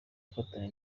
gufatanya